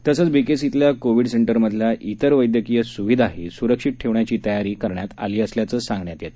तसेच बीकेसीतील कोविड सेंटरमधील इतर वैदयकीय स्विधाही सुरक्षित ठेवण्याची तयारी करण्यात आली असल्याचे सांगण्यात आले